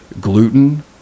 gluten